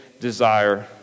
desire